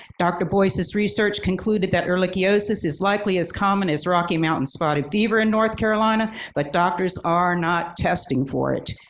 dr. boyce's research concluded that ehrlichiosis is likely as common as rocky mountain spotted fever in north carolina but doctors are not testing for it.